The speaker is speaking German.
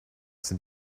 sind